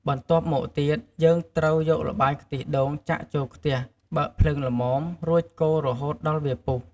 បន្ទាប់មកទៀត យើងត្រូវយកល្បាយខ្ទិះដូងចាក់ចូលខ្ទះ បើកភ្លើងល្មម រួចកូររហូតដល់វាពុះ។